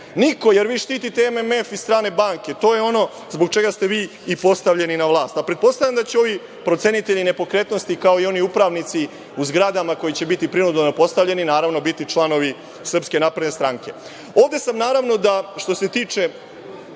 niko, jer vi štitite MMF i strane banke. To je ono zbog čega ste vi i postavljeni na vlast. Pretpostavljam da će ovi procenitelji nepokretnosti, kao i oni upravnici u zgradama koji će biti prinudno postavljeni, naravno biti članovi SNS-a. Naravno, što se tiče